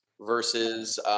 versus